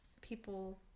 people